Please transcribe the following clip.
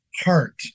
heart